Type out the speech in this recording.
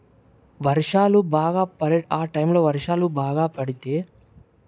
వర్షాలు బాగా పడే ఆ టైంలో వర్షాలు బాగా పడితే